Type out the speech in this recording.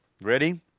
Ready